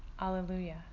Alleluia